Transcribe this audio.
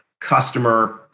customer